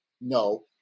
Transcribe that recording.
no